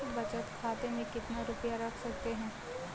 बचत खाते में कितना रुपया रख सकते हैं?